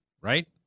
Right